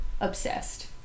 obsessed